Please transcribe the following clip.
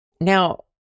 Now